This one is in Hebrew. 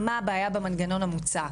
מה הבעיה במנגנון המוצא?